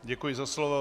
Děkuji za slovo.